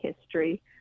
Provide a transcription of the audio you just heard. history